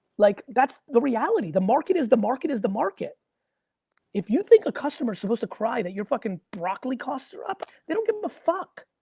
like that's the reality, the market is the market, is the market if you think a customer's supposed to cry that your fucking broccoli costs are up, they don't give a fuck.